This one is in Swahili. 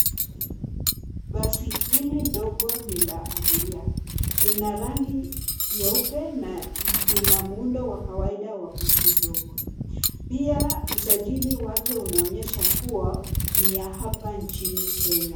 Basi hili dogo ni la abiria. Lina rangi nyeupe na lina muundo wa kawaida wa basi dogo. Pia usajili wake unaonyesha kuwa ni ya hapa nchini Kenya.